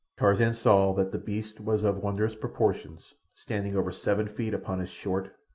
tarzan saw that the beast was of wondrous proportions, standing over seven feet upon his short,